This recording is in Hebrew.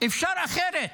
אפשר אחרת.